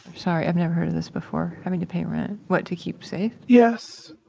sorry. i've never heard of this before, having to pay rent. what, to keep safe? yes.